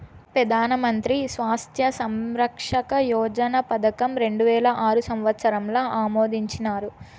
పెదానమంత్రి స్వాస్త్య సురక్ష యోజన పదకం రెండువేల ఆరు సంవత్సరంల ఆమోదించినారు